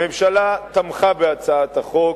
הממשלה תמכה בהצעת החוק,